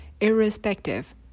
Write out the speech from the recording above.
irrespective